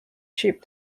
cheap